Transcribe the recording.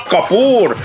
Kapoor